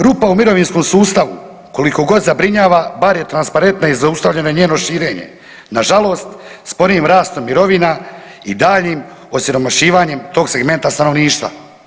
Rupa u mirovinskom sustavu kolikogod zabrinjava bar je transparentna i zaustavljeno je njeno širenje, nažalost sporim rastom mirovina i daljnjim osiromašivanjem tog segmenta stanovništva.